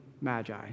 magi